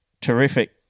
Terrific